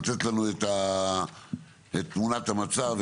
לתת לנו את תמונת המצב,